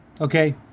okay